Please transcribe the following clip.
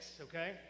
okay